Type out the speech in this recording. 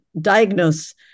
diagnose